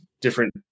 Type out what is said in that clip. different